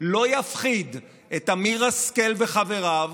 לא יפחיד את אמיר השכל וחבריו,